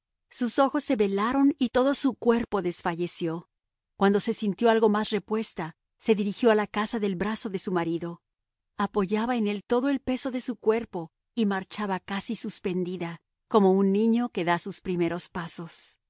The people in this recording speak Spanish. sus ojos se velaron y todo su cuerpo desfalleció cuando se sintió algo más repuesta se dirigió a la casa del brazo de su marido apoyaba en él todo el peso de su cuerpo y marchaba casi suspendida como un niño que da sus primeros pasos